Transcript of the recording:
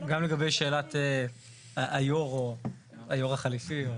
גם לגבי שאלת היו"ר או היו"ר החליפי.